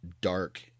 dark